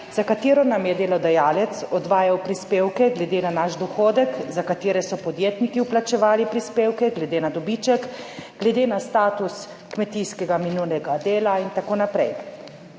za katero nam je delodajalec odvajal prispevke, glede na naš dohodek, za katere so podjetniki vplačevali prispevke, glede na dobiček, glede na status kmetijskega minulega dela in tako naprej.